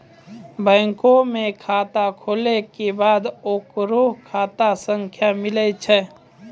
बैंको मे खाता खुलै के बाद ओकरो खाता संख्या मिलै छै